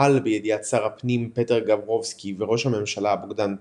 בידיעת שר הפנים פטר גברובסקי וראש הממשלה בוגדאן פילוב,